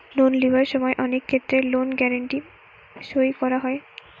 loan লিবার সময় অনেক ক্ষেত্রে লোন গ্যারান্টি সই করা হয়